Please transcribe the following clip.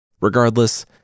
Regardless